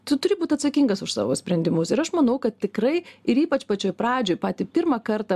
tu turi būt atsakingas už savo sprendimus ir aš manau kad tikrai ir ypač pačioj pradžioj patį pirmą kartą